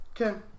Okay